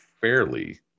fairly